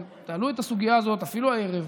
אבל תעלו את הסוגיה הזאת אפילו הערב,